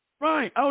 Right